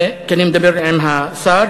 כי אני מדבר עם השר.